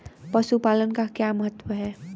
पशुपालन का क्या महत्व है?